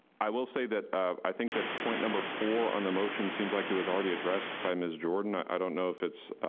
i will say that i think that point number four on the motion seemed like it was already addressed by mrs. jordan. i don't know if it's,